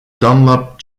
dunlop